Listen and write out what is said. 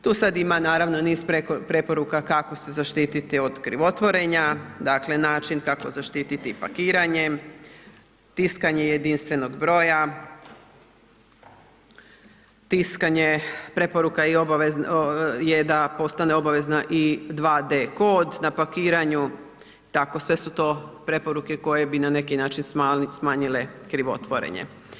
Tu sad ima, naravno, niz preporuka kako se zaštiti od krivotvorenja, dakle, način kako zaštiti pakiranje, tiskanje jedinstvenog broja, tiskanje, preporuka je da postane obavezna i 2D kod na pakiranju, tako sve su to preporuke koje bi na neki način smanjile krivotvorenje.